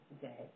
today